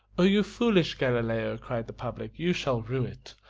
o you foolish galileo, cried the public, you shall rue it!